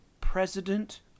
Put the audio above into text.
president